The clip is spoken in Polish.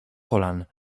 kolan